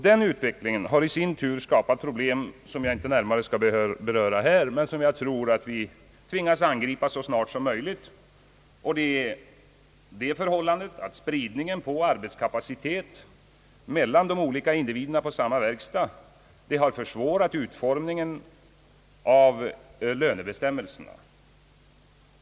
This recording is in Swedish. Denna utveckling har i sin tur skapat problem, som jag inte närmare skall beröra här, men som jag tror att vi tvingas angripa så snart som möjligt. Det gäller bl.a. det förhållandet att spridningen av arbetskapacitet mellan de olika individerna på samma verkstad har försvårat utformningen av lönebestämmelserna.